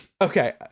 okay